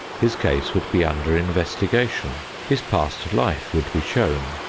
his case would be under investigation his past life would be shown,